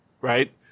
right